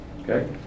Okay